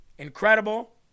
Incredible